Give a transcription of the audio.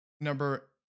number